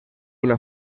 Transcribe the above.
una